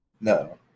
No